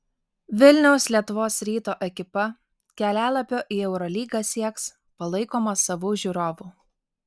vilniaus lietuvos ryto ekipa kelialapio į eurolygą sieks palaikoma savų žiūrovų